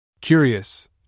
Curious